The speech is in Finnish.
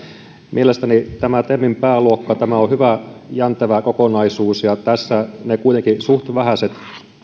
mielestäni tämä temin pääluokka on hyvä jäntevä kokonaisuus ja tässä ne kuitenkin suht vähäiset